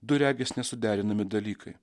du regis nesuderinami dalykai